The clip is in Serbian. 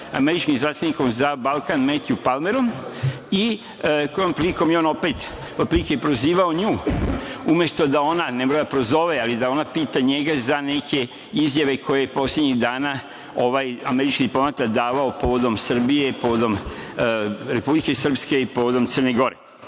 američkim izaslanikom za Balkan, Metju Palmerom, i kojom prilikom je on opet otprilike prozivao nju umesto da ona, ne mora da prozove, ali da ona pita njega za neke izjave koje poslednjih dana ovaj američki diplomata davao povodom Srbije, povodom Republike Srpske i povodom Crne